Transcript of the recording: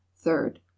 third